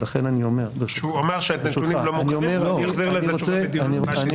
הוא אמר שהוא יחזיר על זה תשובה בדיון הבא.